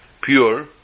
pure